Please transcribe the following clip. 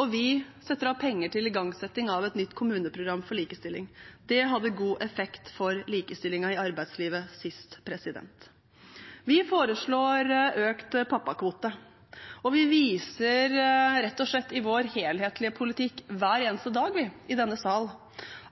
og vi setter av penger til igangsetting av et nytt kommuneprogram for likestilling. Det hadde god effekt for likestillingen i arbeidslivet sist. Vi foreslår økt pappakvote, og vi viser rett og slett i vår helhetlige politikk hver eneste dag i denne sal